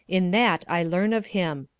in that i learn of him.